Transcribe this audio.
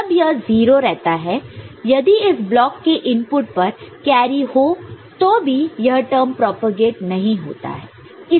जब यह 0 रहता है यदि इस ब्लॉक के इनपुट पर कैरी हो तो भी यह टर्म प्रॉपगेट नहीं होता है